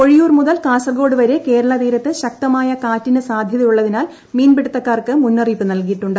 പൊഴിയൂർ മുതൽ കാസർകോട് വരെ കേരള തീരത്ത് ശക്തമായ കാറ്റിന് സാധ്യതയുള്ളതിനാൽ മീൻപിടുത്തക്കാർക്ക് മുന്നറിയിപ്പ് നൽകിയിട്ടുണ്ട്